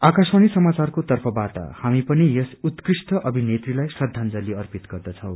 आकाशवाणी समाचारको तर्फबाट हामी पनि यस उत्कृष्ट अभिनेत्रीलाई श्रदाजंली अर्पित गर्दछौ